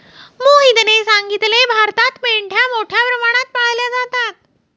मोहितने सांगितले, भारतात मेंढ्या मोठ्या प्रमाणात पाळल्या जातात